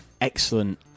Excellent